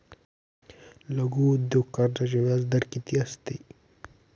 लघु उद्योग कर्जाचे व्याजदर किती असते?